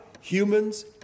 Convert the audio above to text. humans